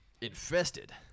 infested